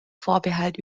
vorbehalt